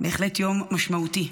בהחלט יום משמעותי.